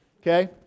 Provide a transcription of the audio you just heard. Okay